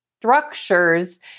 structures